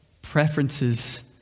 Preferences